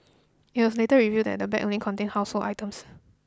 it was later revealed that the bag only contained household items